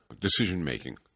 decision-making